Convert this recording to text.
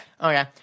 Okay